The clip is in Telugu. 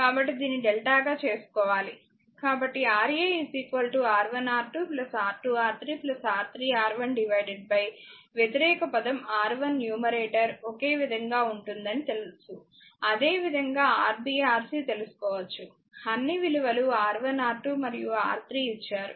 కాబట్టి దీన్ని డెల్టా గా చేసుకోవాలి కాబట్టి Ra R1R2 R2R3 R3R1 వ్యతిరేక పదం R1 న్యూమరేటర్ ఒకే విధంగా ఉంటుందని తెలుసు అదేవిధంగా Rb RC తెలుసుకోవచ్చు అన్ని విలువలు R1 R2 మరియు R3 ఇచ్చారు